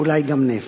אולי גם נפט.